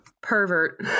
pervert